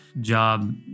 job